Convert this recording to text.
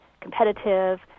competitive